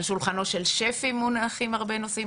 על שולחנו של שפי מונחים הרבה נושאים.